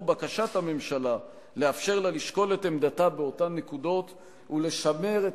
לאור בקשת הממשלה לאפשר לה לשקול את עמדתה באותן נקודות ולשמר את